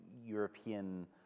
European